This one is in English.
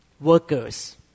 workers